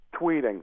tweeting